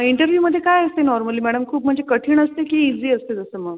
इंटरव्ह्यूमध्ये काय असते normally madam खूप म्हणजे कठीण असते की इझी असतं जसं मग